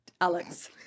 Alex